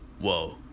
Whoa